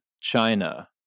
China